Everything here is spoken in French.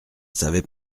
savais